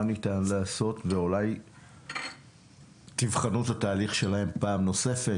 תראו מה ניתן לעשות ואולי תבחנו את התהליך שלהם פעם נוספת,